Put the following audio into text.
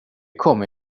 kommer